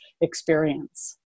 experience